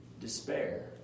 despair